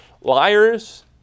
liars